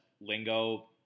lingo